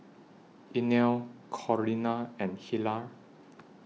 Inell Corrina and Hilah